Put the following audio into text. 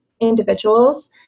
individuals